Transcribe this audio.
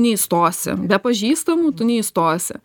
neįstosi be pažįstamų tu neįstosi